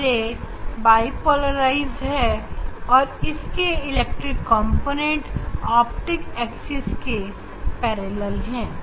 E ray bipolarised है और इसके इलेक्ट्रिक कॉम्पोनेंट ऑप्टिक एक्सिस के पैरेलल है